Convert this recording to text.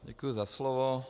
Děkuji za slovo.